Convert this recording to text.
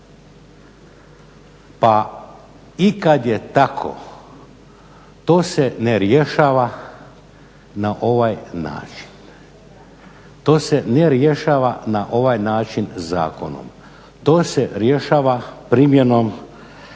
Pa i kad je tako, to se ne rješava na ovaj način. To se ne rješava na ovaj način zakonom, to se rješava primjenom i Zakona